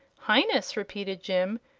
highness! repeated jim,